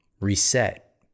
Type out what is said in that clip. reset